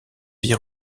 vie